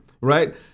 right